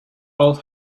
old